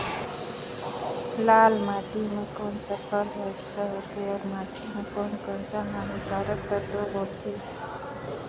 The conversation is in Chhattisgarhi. लाल माटी मां कोन सा फसल ह अच्छा होथे अउर माटी म कोन कोन स हानिकारक तत्व होथे?